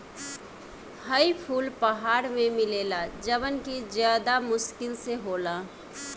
हई फूल पहाड़ में मिलेला जवन कि ज्यदा मुश्किल से होला